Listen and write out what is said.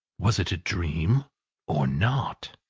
was it a dream or not?